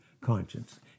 conscience